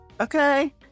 okay